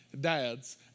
dads